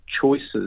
choices